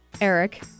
Eric